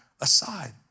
aside